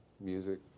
music